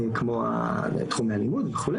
כמו תחומי הלימוד וכו',